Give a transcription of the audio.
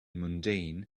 mundane